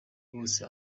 bose